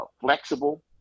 flexible